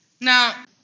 Now